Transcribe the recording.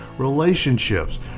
relationships